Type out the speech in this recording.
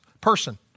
person